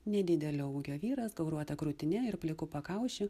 nedidelio ūgio vyras gauruota krūtine ir pliku pakaušiu